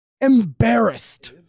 embarrassed